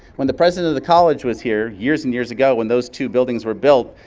when the president of the college was here years and years ago when those two buildings were built,